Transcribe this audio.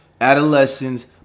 adolescents